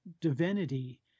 divinity